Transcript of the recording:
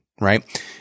right